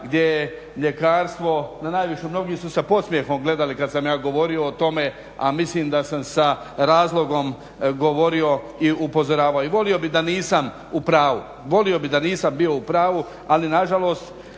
je mljekarstvo, na najviše, mnogi su se podsmjehom gledali kad sam ja govorio o tome a mislim da sam sa razlogom govorio i upozoravao i volio bih da nisam u pravu. Volio bi da nisam bio u pravu ali nažalost